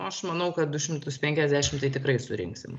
aš manau kad du šimtus penkiasdešim tai tikrai surinksim